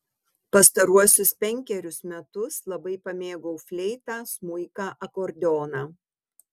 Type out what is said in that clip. pastaruosius penkerius metus labai pamėgau fleitą smuiką akordeoną